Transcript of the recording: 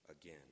again